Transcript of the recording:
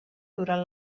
durant